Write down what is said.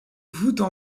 voûtes